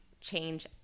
change